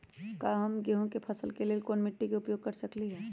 हम गेंहू के फसल के लेल कोन मिट्टी के उपयोग कर सकली ह?